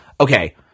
okay